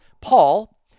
Paul